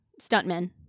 stuntmen